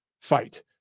fight